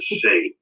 see